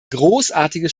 großartige